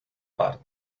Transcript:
part